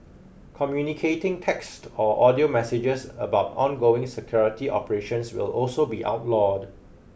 communicating text or audio messages about ongoing security operations will also be outlawed